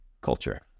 culture